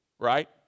right